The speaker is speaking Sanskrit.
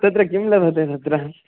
तत्र किं लभते तत्र